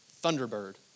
Thunderbird